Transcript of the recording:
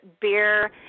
Beer